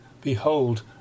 Behold